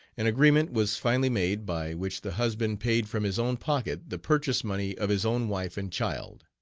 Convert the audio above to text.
an agreement was finally made by which the husband paid from his own pocket the purchase-money of his own wife and child,